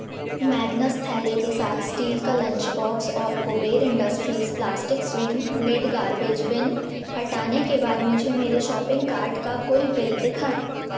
Magnus थैले के साथ स्टील का लंच बॉक्स और Kuber industries plastic swing lid garbage bin हटाने के बाद मुझे मेरे शॉपिंग कार्ट का कुल बिल दिखाएँ